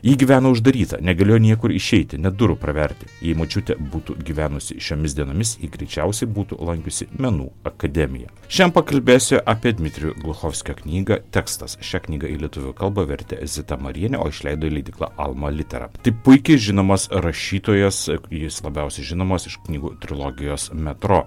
ji gyveno uždaryta negalėjo niekur išeiti net durų praverti jei močiutė būtų gyvenusi šiomis dienomis ji greičiausiai būtų lankiusi menų akademiją šian pakalbėsiu apie dmitrijų gluchovskio knygą tekstas šią knygą į lietuvių kalbą vertė zita marienė o išleido leidykla alma litera tai puikiai žinomas rašytojas jis labiausiai žinomas iš knygų trilogijos metro